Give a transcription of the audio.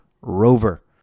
Rover